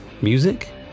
Music